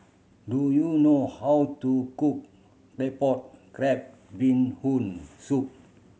do you know how to cook Claypot Crab Bee Hoon Soup